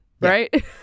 right